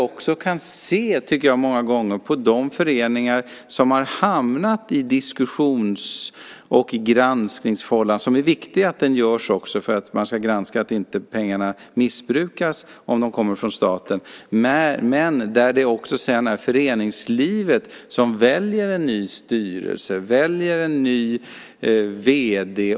Man kan många gånger se på de föreningar som har hamnat i diskussions och granskningsfållan. Och det är viktigt att man granskar att pengarna inte missbrukas om de kommer från staten. Men det är sedan också föreningslivet som väljer en ny styrelse och en ny vd.